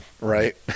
right